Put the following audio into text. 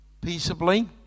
peaceably